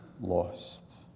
lost